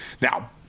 Now